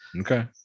Okay